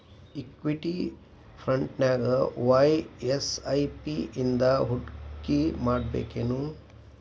Equity ಫ್ರಂಟ್ನ್ಯಾಗ ವಾಯ SIP ನಿಂದಾ ಹೂಡ್ಕಿಮಾಡ್ಬೆಕೇನು?